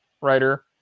writer